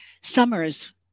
summers